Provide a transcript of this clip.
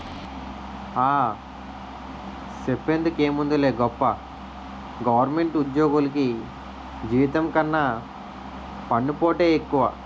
ఆ, సెప్పేందుకేముందిలే గొప్ప గవరమెంటు ఉజ్జోగులికి జీతం కన్నా పన్నుపోటే ఎక్కువ